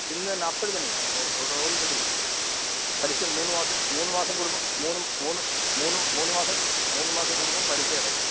ഇന്നുതന്നെ അപ്പള് തന്നെ കിട്ടും ഓൾറെഡി പലിശ മൂന്ന് മാസം മൂന്ന് മാസം കൂടുമ്പോൾ മൂന്ന് മൂന്ന് മൂന്ന് മൂന്ന് മാസം മൂന്ന് മാസം കൂടുമ്പോൾ പലിശയടയ്ക്കണം